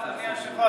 אדוני היושב-ראש,